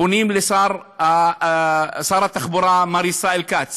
אנחנו פונים לשר התחבורה מר ישראל כץ